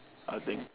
I think